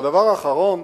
והדבר האחרון,